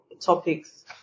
topics